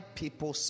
people